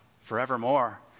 forevermore